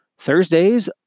Thursdays